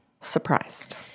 surprised